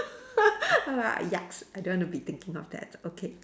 yucks I don't want to be thinking of that okay